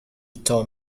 told